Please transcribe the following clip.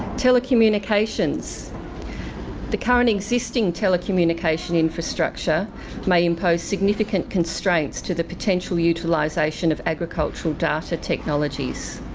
telecommunications the current existing telecommunication infrastructure may impose significant constraints to the potential utilisation of agricultural data technologies.